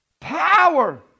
Power